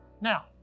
Now